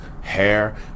hair